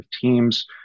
teams